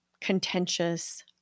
contentious